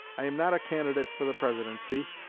i am not a candidate for the presidency,